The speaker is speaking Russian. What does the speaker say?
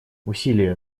усилия